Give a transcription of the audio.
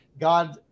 God